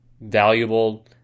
valuable